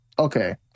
okay